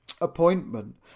appointment